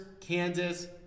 Kansas